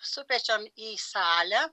sukviečiam į salę